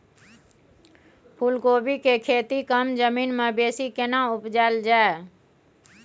फूलकोबी के खेती कम जमीन मे बेसी केना उपजायल जाय?